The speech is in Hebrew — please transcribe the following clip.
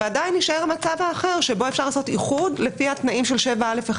ועדיין יישאר המצב האחר שבו אפשר לעשות איחוד לפי התנאים של 7א1,